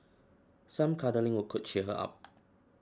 some cuddling will could cheer her up